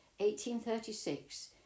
1836